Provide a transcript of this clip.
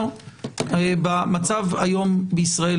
במצב היום בישראל,